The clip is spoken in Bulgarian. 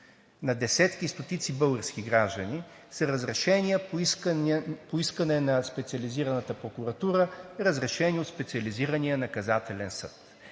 на десетки и стотици български граждани, са разрешения по искане на Специализираната прокуратура, разрешени от Специализирания наказателен съд.